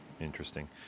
Interesting